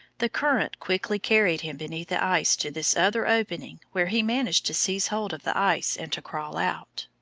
the current quickly carried him beneath the ice to this other opening where he managed to seize hold of the ice and to crawl out.